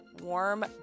warm